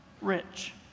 rich